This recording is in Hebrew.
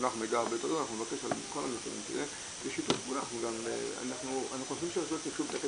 אנחנו נבקש את כל הנתונים ואנחנו חושבים שרשות התקשוב,